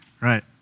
right